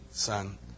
Son